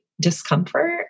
discomfort